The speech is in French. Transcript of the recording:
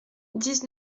dix